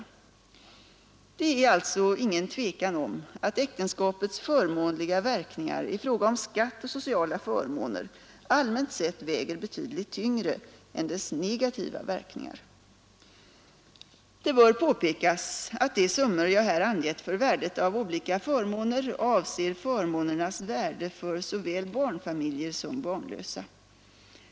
Det är alltså ingen tvekan om att äktenskapets förmånliga verkningar i fråga om skatt och sociala förmåner allmänt sett väger betydligt tyngre än dess negativa verkningar. Det bör påpekas att de summor jag här angett för värdet av olika förmåner avser förmånernas värde för såväl barnfamiljer som barnlösa.